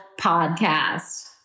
podcast